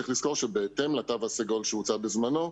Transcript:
צריך לזכור שבהתאם לתו הסגול שהוצא בזמנו,